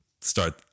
start